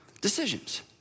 decisions